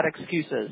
excuses